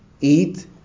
eat